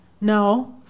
No